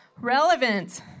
relevant